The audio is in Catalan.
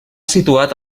situat